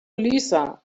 lisa